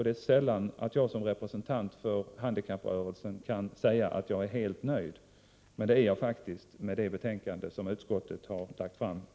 Det är sällan jag som representant för handikapprörelsen kan säga att jag är helt nöjd, men det är jag faktiskt med det betänkande som utskottet här lagt fram.